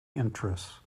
interests